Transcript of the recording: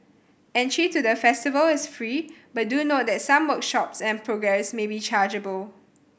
entry to the festival is free but do note that some workshops and programmes may be chargeable